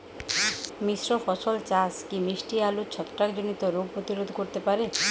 মিশ্র ফসল চাষ কি মিষ্টি আলুর ছত্রাকজনিত রোগ প্রতিরোধ করতে পারে?